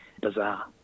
bizarre